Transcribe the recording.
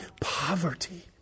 poverty